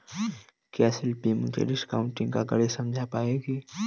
क्या शिल्पी मुझे डिस्काउंटिंग का गणित समझा पाएगी?